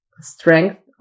strength